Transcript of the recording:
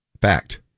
Fact